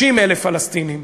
60,000 פלסטינים.